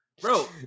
bro